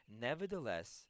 Nevertheless